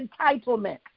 entitlement